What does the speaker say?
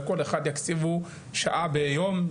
לכל אחד יקציבו שעה ביום,